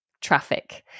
traffic